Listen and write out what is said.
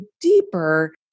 deeper